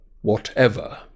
Whatever